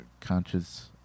conscious